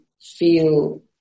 feel